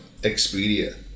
Expedia